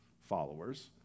followers